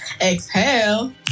Exhale